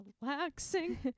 relaxing